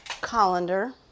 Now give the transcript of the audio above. colander